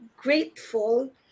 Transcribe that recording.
grateful